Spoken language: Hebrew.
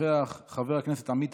חבר הכנסת אנטאנס שחאדה,